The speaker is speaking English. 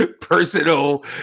personal